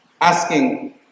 asking